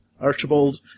Archibald